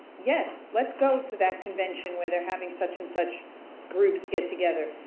yes, let's go to that convention where they're having such and such groups get together.